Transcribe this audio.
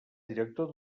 director